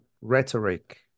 rhetoric